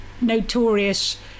notorious